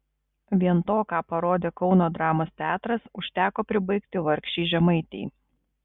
vien to ką parodė kauno dramos teatras užteko pribaigti vargšei žemaitei